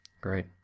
Great